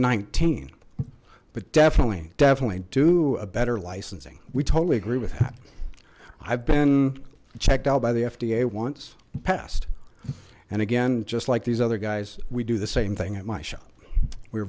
nineteen but definitely definitely do a better licensing we totally agree with that i've been checked out by the fda once past and again just like these other guys we do the same thing at my